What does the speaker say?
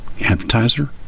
advertiser